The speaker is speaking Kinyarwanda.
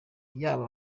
yaba